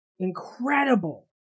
Incredible